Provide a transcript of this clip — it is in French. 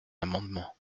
amendement